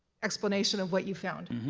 explanation of what you found.